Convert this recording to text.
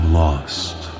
lost